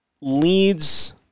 leads